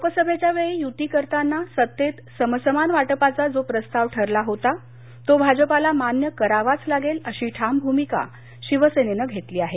लोकसभेच्या वेळी यु्ती करताना सत्तेत समसमान वाटपाचा जो प्रस्ताव ठरला होता तो भाजपाला मान्य करावाच लागेल अशी ठाम भूमिका शिवसेनेनं घेतली आहे